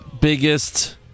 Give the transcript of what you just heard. biggest